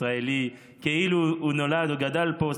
ישראלי כאילו הוא נולד וגדל פה,